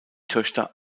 töchter